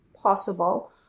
possible